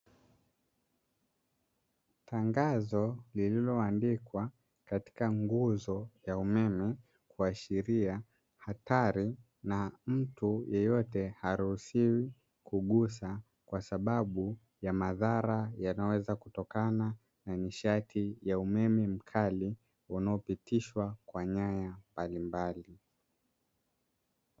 Tangazo lililoandikwa katika nguzo ya umeme, kuashiria hatari na mtu yeyote haruhusiwi kugusa kwa sababu ya madhara yanayoweza kutokana na nishati ya umeme mkali unaopitishwa kwa nyaya mbalimbali.